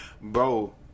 Bro